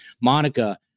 Monica